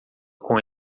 com